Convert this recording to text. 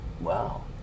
Wow